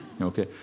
Okay